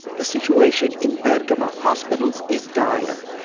the situation in bergamo hospitals is dire.